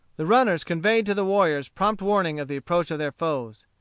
the runners conveyed to the warriors prompt warning of the approach of their foes.